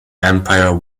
empire